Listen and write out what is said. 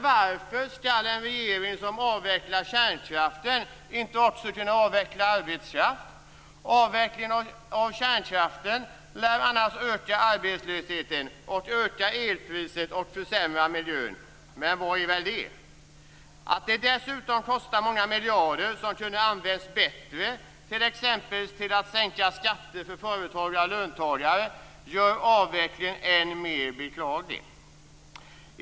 Varför skall en regering som avvecklar kärnkraften inte också kunna avveckla arbetskraften? Avvecklingen av kärnkraften lär annars öka arbetslösheten och öka elpriset samt försämra miljön, men vad gör det? Att det dessutom kostar flera miljarder som kunde ha använts bättre, t.ex. till att sänka skatter för företagare och löntagare, gör avvecklingen än mer beklaglig.